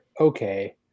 okay